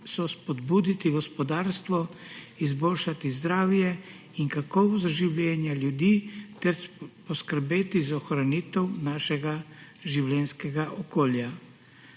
spodbuditi gospodarstvo, izboljšati zdravje in kakovost življenja ljudi ter poskrbeti za ohranitev našega življenjskega okolja.